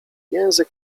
język